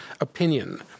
opinion